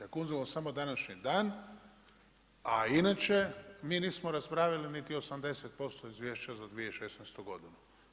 Ako uzmemo samo današnji dan a i inače mi nismo raspravili niti 80% izvješća za 2016. godinu.